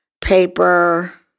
paper